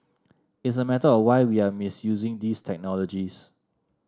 it's a matter of why we are misusing these technologies